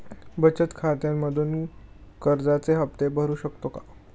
बचत खात्यामधून कर्जाचे हफ्ते भरू शकतो का?